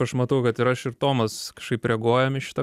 aš matau kad ir aš ir tomas kažkaip reaguojam į šitą